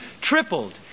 tripled